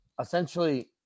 essentially